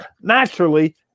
Naturally